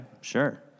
Sure